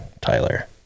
Tyler